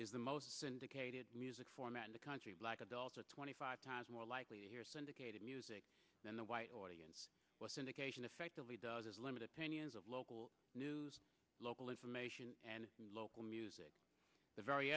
is the most syndicated music format in the country black adults are twenty five times more likely to hear syndicated music than a white audience will syndication effectively does is limited pinions of local news local information and local music the very